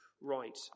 right